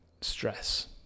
stress